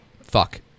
Fuck